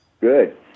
Good